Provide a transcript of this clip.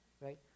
right